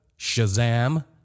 Shazam